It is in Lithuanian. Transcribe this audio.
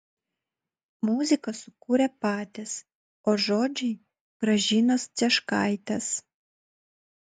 muziką sukūrė patys o žodžiai gražinos cieškaitės